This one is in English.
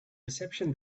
reception